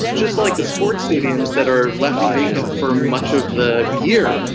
just like the sports stadiums that are left vacant for much of the year,